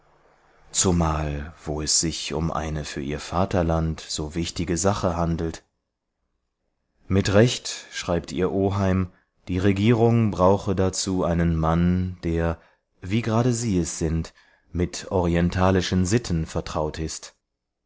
zumal wo es sich um eine für ihr vaterland so wichtige sache handelt mit recht schreibt ihr oheim die negierung brauche dazu einen mann der wie gerade sie es sind mit orientalischen sitten vertraut ist